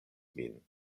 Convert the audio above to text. min